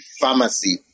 pharmacy